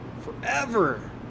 forever